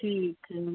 ठीक है